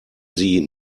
sie